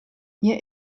hier